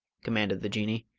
commanded the jinnee,